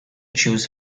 choose